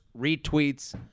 retweets